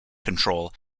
control